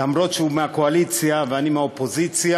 אף-על-פי שהוא מהקואליציה ואני מהאופוזיציה,